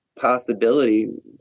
possibility